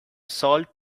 salt